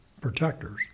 protectors